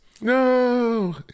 No